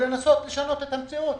ולנסות לשנות את המציאות.